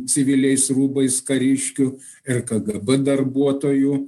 civiliais rūbais kariškių ir kgb darbuotojų